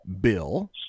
Bill